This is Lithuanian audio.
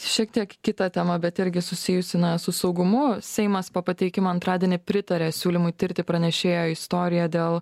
šiek tiek kita tema bet irgi susijusi na su saugumu seimas po pateikimo antradienį pritarė siūlymui tirti pranešėjo istoriją dėl